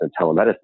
telemedicine